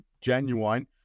genuine